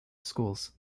schools